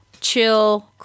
chill